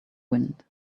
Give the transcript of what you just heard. wind